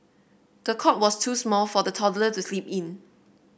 the cot was too small for the toddler to sleep in